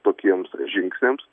tokiems žingsniams